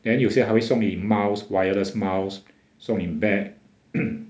then 有些还会送给你 mouse wireless mouse 送你 bag